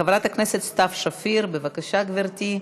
חברת הכנסת סתיו שפיר, בבקשה, גברתי,